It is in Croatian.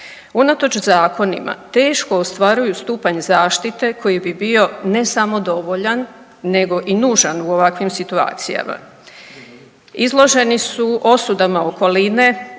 Unatoč zakonima teško ostvaruju stupanj zaštite koji bi bio ne samo dovoljan nego i nužan u ovakvim situacijama. Izloženi su osudama okoline